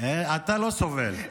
אתה לא סובל.